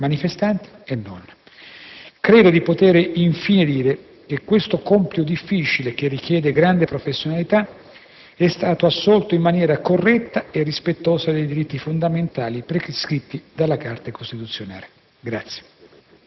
manifestanti e non. Credo di poter dire che questo compito difficile, che richiede grande professionalità, è stato assolto in maniera corretta e rispettosa dei diritti fondamentali prescritti dalla Carta costituzionale.